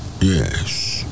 Yes